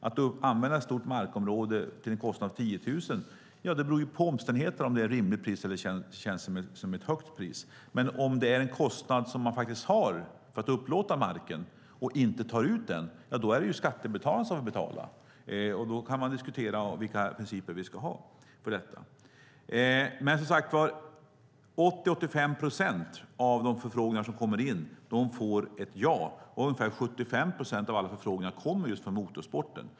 Att använda ett stort markområde till en kostnad av 10 000 kronor - ja, det beror på omständigheterna om det känns som ett rimligt eller ett högt pris. Men om det är en kostnad man faktiskt har för att upplåta marken och inte tar ut den är det skattebetalarna som får betala, och då kan vi diskutera vilka principer vi ska ha. Som sagt: 80-85 procent av de förfrågningar som kommer in besvaras med ja. Ungefär 75 procent av alla förfrågningar kommer just från motorsporten.